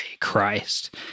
Christ